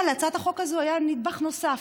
אבל להצעת החוק הזאת היה נדבך נוסף,